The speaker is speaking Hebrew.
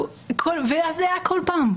וזה היה כל פעם,